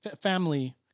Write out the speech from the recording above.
family